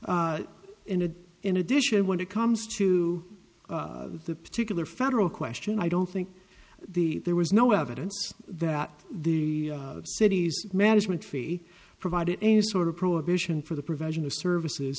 ended in addition when it comes to the particular federal question i don't think the there was no evidence that the city's management fee provided any sort of prohibition for the provision of services